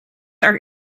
are